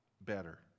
better